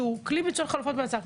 שזה כלי מצוין לחלופת מאסר,